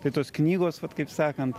tai tos knygos vat kaip sakant